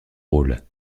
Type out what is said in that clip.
rôle